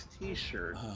t-shirt